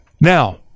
now